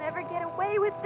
never get away with